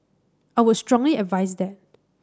I would strongly advise that